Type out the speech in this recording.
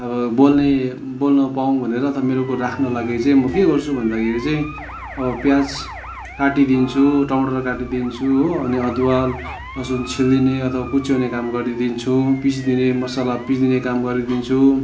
अब बोल्ने बोल्नु पाउँ भनेर त मेरा कुरा राख्न लागि चाहिँ म के गर्छु भन्दाखेरि चाहिँ प्याज काटिदिन्छु टमाटर काटिदिन्छु हो अनि अदुवा लसुन छिलिदिने अथवा कुच्याउने काम गरिदिन्छु पिसिदिने मसाला पिसिदिने काम गरिदिन्छु